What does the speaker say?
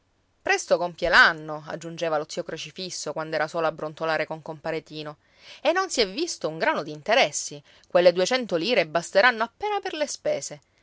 presto compie l'anno aggiungeva lo zio crocifisso quand'era solo a brontolare con compare tino e non si è visto un grano d'interessi quelle duecento lire basteranno appena per le spese